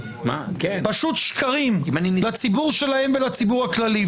כלפי הציבור שלהם וכלפי הציבור הכללי.